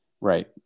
Right